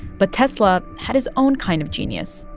but tesla had his own kind of genius.